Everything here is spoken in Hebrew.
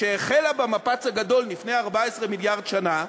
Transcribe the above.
שהחלה במפץ הגדול לפני 14 מיליארד שנה,